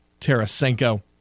Tarasenko